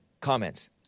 comments